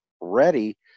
ready